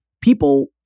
People